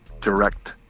direct